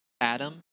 Adam